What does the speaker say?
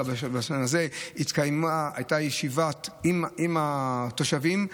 הייתה ישיבה עם התושבים,